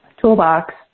toolbox